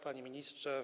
Panie Ministrze!